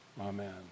Amen